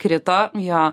krito jo